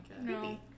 No